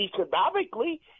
Economically